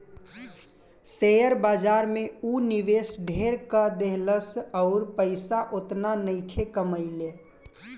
share बाजार में ऊ निवेश ढेर क देहलस अउर पइसा ओतना नइखे कमइले